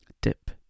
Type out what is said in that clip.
dip